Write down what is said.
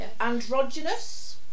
androgynous